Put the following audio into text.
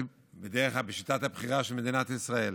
שהציבור, בדרך כלל בשיטת הבחירה של מדינת ישראל